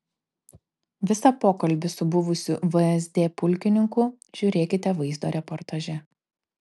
visą pokalbį su buvusiu vsd pulkininku žiūrėkite vaizdo reportaže